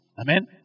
Amen